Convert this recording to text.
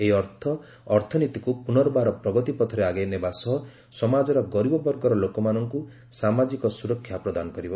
ଏହି ଅର୍ଥ ଅର୍ଥନୀତିକୁ ପୁନର୍ବାର ପ୍ରଗତି ପଥରେ ଆଗେଇ ନେବା ସହ ସମାଜର ଗରିବବର୍ଗର ଲୋକମାନଙ୍କୁ ସାମାଜିକ ସୁରକ୍ଷା ପ୍ରଦାନ କରିବ